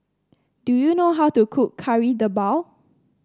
do you know how to cook Kari Debal